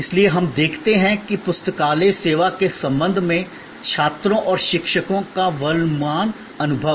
इसलिए हम देखते हैं कि पुस्तकालय सेवा के संबंध में छात्रों और शिक्षकों का वर्तमान अनुभव